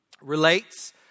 Relates